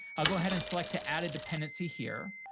i'll go ahead and select to add a dependency here.